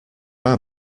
are